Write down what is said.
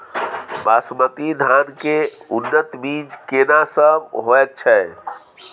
बासमती धान के उन्नत बीज केना सब होयत छै?